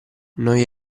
noi